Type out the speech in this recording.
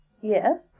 Yes